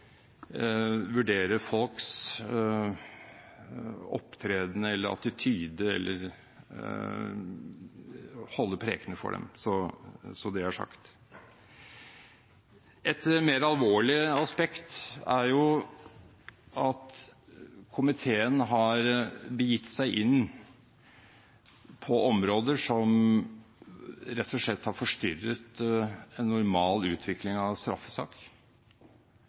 vurdere folks opptreden og attityde eller for å holde preken for dem – så det er sagt. Et mer alvorlig aspekt er at komiteen har begitt seg inn på områder som rett og slett har forstyrret en normal utvikling av en straffesak.